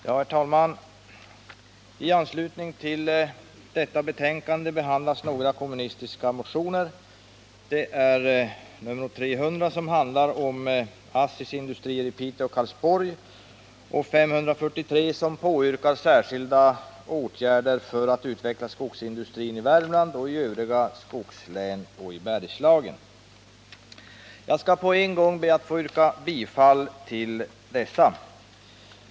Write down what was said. Herr talman! I anslutning till detta betänkande behandlas några kommunistiska motioner, nr 300, som handlar om ASSI:s industrier i Piteå och Karlsborg och nr 543, som påyrkar särskilda åtgärder för utveckling av skogsindustrin i Värmland och Bergslagen i övrigt. Jag skall på en gång be att få yrka bifall till dessa motioner.